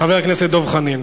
חבר הכנסת דב חנין.